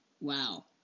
wow